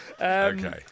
Okay